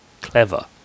clever